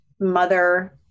mother